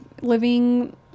living